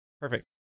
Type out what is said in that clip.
Perfect